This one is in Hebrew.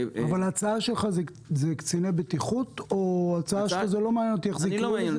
ההצעה שלך היא קציני בטיחות או לא מעניין אותך איך זה יקרה.